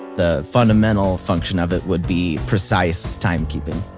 the fundamental function of it would be precise timekeeping.